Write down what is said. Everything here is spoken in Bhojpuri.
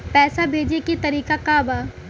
पैसा भेजे के तरीका का बा?